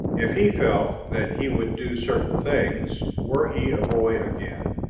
if he felt that he would do certain things were he boy again,